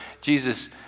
Jesus